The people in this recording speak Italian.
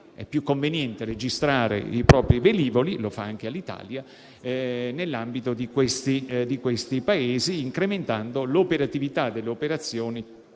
È più conveniente infatti registrare i propri velivoli - lo fa anche all'Italia - in questi Paesi, incrementando l'operatività delle operazioni